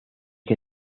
que